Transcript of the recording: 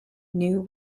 new